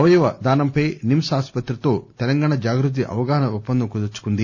అవయవ దానంపై నిమ్స్ ఆస్పత్రితో తెలంగాణ జాగృతి అవగాహనా ఒప్పందం కుదుర్చుకుంది